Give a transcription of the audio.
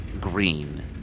green